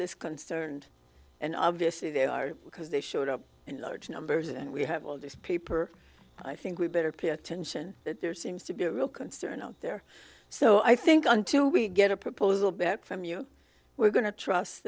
this concerned and obviously they are because they showed up in large numbers and we have all this paper i think we better pay attention that there seems to be a real concern out there so i think until we get a proposal back from you we're going to trust